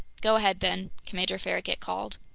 go ahead, then! commander farragut called.